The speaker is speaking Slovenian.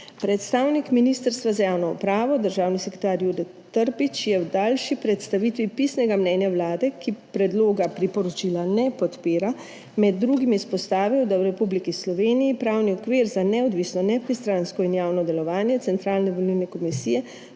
Predstavnik Ministrstva za javno upravo, državni sekretar, Jure Trbič je v daljši predstavitvi pisnega mnenja Vlade, ki predloga priporočila ne podpira med drugim izpostavil, da v Republiki Sloveniji pravni okvir za neodvisno, nepristransko in javno delovanje Centralne volilne komisije